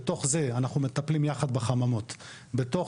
בתוך זה אנחנו מטפלים יחד בחממות; בתוך